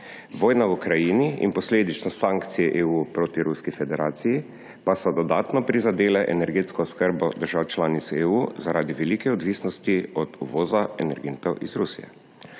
Vojna v Ukrajini in posledično sankcije EU proti Ruski federaciji pa so dodatno prizadele energetsko oskrbo držav članic EU zaradi velike odvisnosti od uvoza energentov iz Rusije.